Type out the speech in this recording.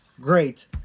Great